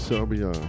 Serbia